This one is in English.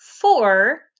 four